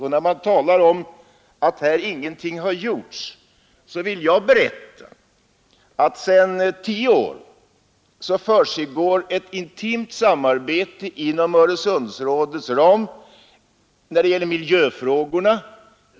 Med anledning av att det här sagts att ingenting gjorts på detta område vill jag berätta, att det sedan tio år tillbaka i ett miljöutskott pågår ett intimt samarbete inom Öresundsrådets ram när det gäller miljöfrågorna.